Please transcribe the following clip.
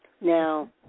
Now